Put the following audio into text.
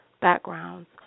backgrounds